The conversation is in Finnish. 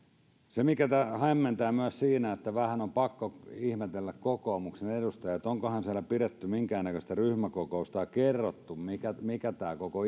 se mikä siinä myös hämmentää vähän on pakko ihmetellä kokoomuksen edustajia on se että onkohan siellä pidetty minkäännäköistä ryhmäkokousta ja kerrottu mikä mikä tämä koko